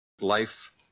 Life